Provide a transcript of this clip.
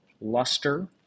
luster